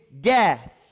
death